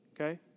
okay